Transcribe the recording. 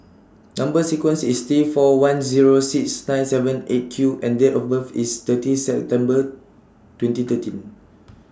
Number sequence IS T four one Zero six nine seven eight Q and Date of birth IS thirty September twenty thirteen